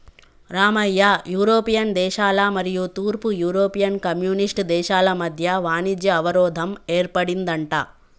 Ramayya European దేశాల మరియు తూర్పు యూరోపియన్ కమ్యూనిస్ట్ దేశాల మధ్య వాణిజ్య అవరోధం ఏర్పడిందంట